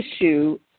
issue